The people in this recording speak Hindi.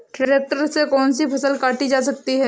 ट्रैक्टर से कौन सी फसल काटी जा सकती हैं?